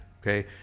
okay